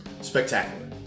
Spectacular